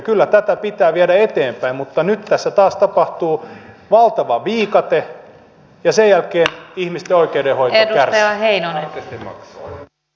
kyllä tätä pitää viedä eteenpäin mutta nyt tässä taas käy valtava viikate ja sen jälkeen ihmisten oikeudenhoito kärsii